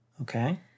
okay